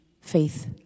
faith